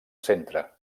centre